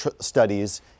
studies